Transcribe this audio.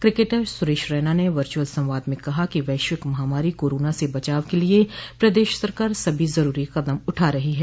cricketer Suresh Raina ने virtual संवाद में कहा कि वैश्विक महामारी कोरोना स बचाव के लिये प्रदेश सरकार सभी जरूरी कदम उठा रही है